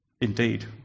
Indeed